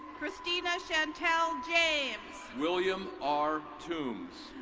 christina shantel james. william r tooms.